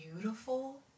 beautiful